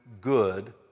good